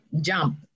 jump